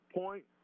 point